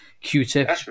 q-tip